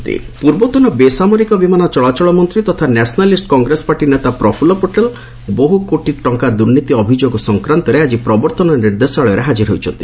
Prafulla Patel ED ପୂର୍ବତନ ବେସାମରିକ ବିମାନ ଚଳାଚଳ ମନ୍ତ୍ରୀ ତଥା ନ୍ୟାସନାଲିଷ୍ଟ କଂଗ୍ରସ ପାର୍ଟି ନେତା ପ୍ରଫୁଲ୍ଲ ପଟେଲ୍ ବହୁ କୋଟି ଟଙ୍କା ଦୁର୍ନୀତି ଅଭିଯୋଗ ସଂକ୍ରାନ୍ତରେ ଆଜି ପ୍ରବର୍ତ୍ତନ ନିର୍ଦ୍ଦେଶାଳୟରେ ହାଜର ହୋଇଛନ୍ତି